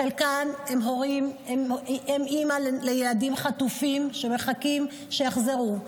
חלקן הן אימהות לילדים חטופים שמחכות שיחזרו,